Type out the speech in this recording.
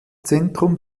zentrum